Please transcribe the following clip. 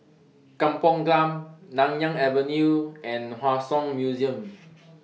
Kampong Glam Nanyang Avenue and Hua Song Museum